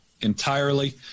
entirely